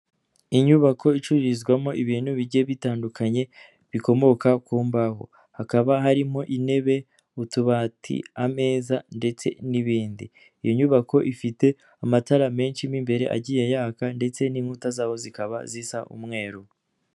Inyubako icururizwamo ibintu bigiye bitandukanye bikomoka ku mbaho, hakaba harimo intebe, utubati, ameza ndetse n'ibindi, iyo nyubako ifite amatara menshi mu imbere agiye yaka ndetse n'inkuta zabo zikaba zisa umweru.